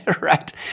Right